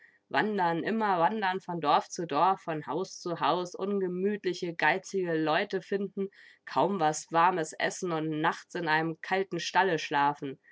wandern immer wandern von dorf zu dorf von haus zu haus ungemütliche geizige leute finden kaum was warmes essen und nachts in einem kalten stalle schlafen